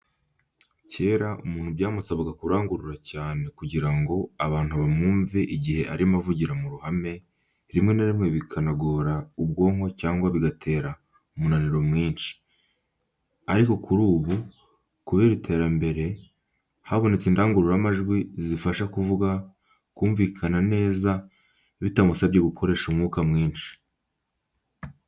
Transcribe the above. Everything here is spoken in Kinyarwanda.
Kera umuntu byamusabaga kurangurura cyane kugira ngo abantu bamwumve igihe arimo avugira mu ruhame, rimwe na rimwe bikanagora ubwonko cyangwa bigatera umunaniro mwinshi. Ariko kuri ubu, kubera iterambere, habonetse indangururamajwi zifasha uvuga kumvikana neza bitamusabye gukoresha umwuka mwinshi.